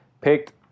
picked